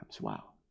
Wow